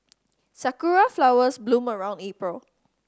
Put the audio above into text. sakura flowers bloom around April